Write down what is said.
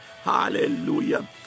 Hallelujah